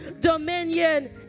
dominion